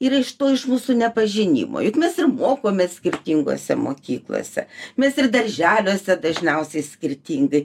ir iš to iš mūsų nepažinimo juk mes ir mokomės skirtingose mokyklose mes ir darželiuose dažniausiai skirtingai